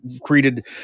created